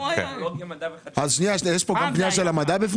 יש בפנים גם פנייה של המדע?